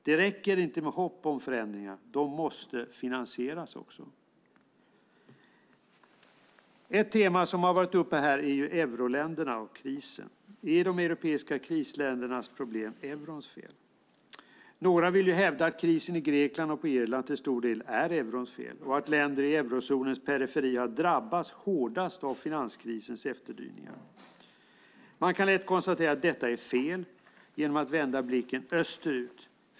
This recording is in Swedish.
Det räcker inte med hopp om förändringar - de måste finansieras också. Ett tema som har varit uppe här är euroländerna och krisen. Är de europeiska krisländernas problem eurons fel? Några vill hävda att krisen i Grekland och Irland till stor del är eurons fel, och att länder i eurozonens periferi har drabbats hårdast av finanskrisens efterdyningar. Man kan lätt konstatera att detta är fel genom att vända blicken österut.